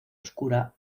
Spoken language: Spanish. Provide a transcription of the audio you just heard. oscura